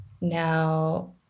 now